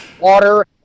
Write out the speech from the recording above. water